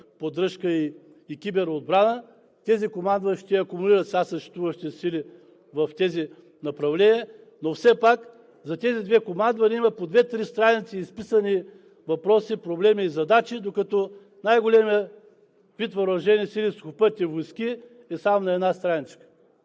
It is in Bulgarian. поддръжка и киберотбрана. Тези командващи акумулират сега съществуващите сили в тези направления, но все пак за тези две командвания има по две-три страници изписани въпроси, проблеми и задачи, докато най-големият вид въоръжени сили – Сухопътни войски, е само на една страничка